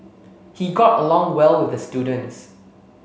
he got along well with the students